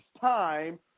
time